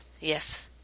Yes